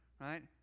right